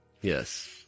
Yes